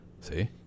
See